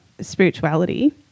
spirituality